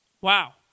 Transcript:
Wow